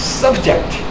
subject